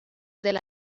del